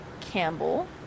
Campbell